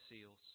seals